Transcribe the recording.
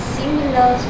similar